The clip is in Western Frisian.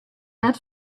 net